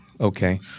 Okay